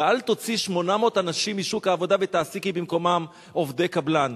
ואל תוציאו 800 אנשים משוק העבודה ותעסיקי במקומם עובדי קבלן.